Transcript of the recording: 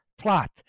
plot